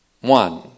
one